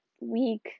week